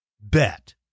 bet